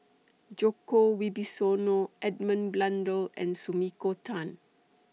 Djoko Wibisono Edmund Blundell and Sumiko Tan